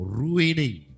ruining